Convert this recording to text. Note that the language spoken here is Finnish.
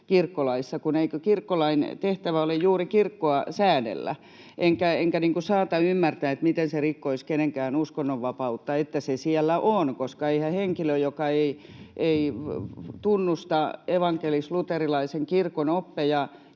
Eikö kirkkolain tehtävä ole juuri kirkkoa säädellä? Enkä saata ymmärtää, miten se rikkoisi kenenkään uskonnonvapautta, että se siellä on, koska eihän henkilö, joka ei tunnusta evankelis-luterilaisen kirkon oppeja,